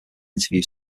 interview